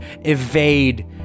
evade